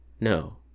No